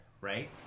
right